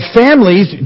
families